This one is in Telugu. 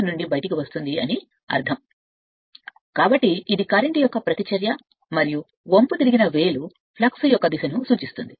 And this is this is inter poles are there will not discuss much కాబట్టి ఇది కరెంట్ యొక్క ప్రతిచర్య మరియు ఇది వంపు తిరిగిన వేలు అవుతుంది ఇది ఫ్లక్స్ యొక్క దిశ అవుతుంది